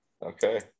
Okay